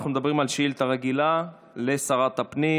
אנחנו מדברים על שאילתה רגילה לשרת הפנים